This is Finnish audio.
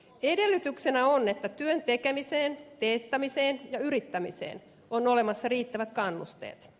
edellytyksenä on että työn tekemiseen teettämiseen ja yrittämiseen on olemassa riittävät kannusteet